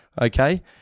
okay